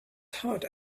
thought